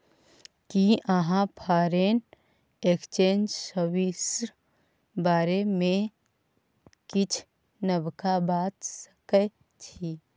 कि अहाँ foreign exchange service बारे मे किछ नबका बता सकै छी